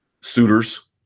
suitors